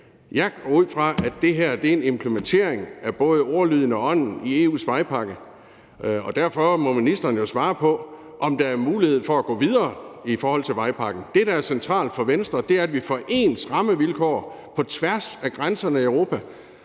Jeg går ud fra, at det her er en implementering af både ordlyden og ånden i EU's vejpakke, og derfor må ministeren jo svare på, om der er mulighed for at gå videre i forhold til vejpakken. Det, der er centralt for Venstre, er, at vi får ens rammevilkår på tværs af grænserne i Europa,